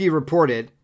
reported